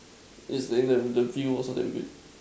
is the the view also damn good